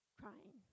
crying